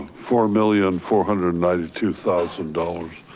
four million four hundred and ninety two thousand dollars